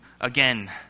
again